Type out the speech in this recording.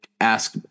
ask